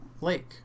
lake